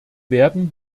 werden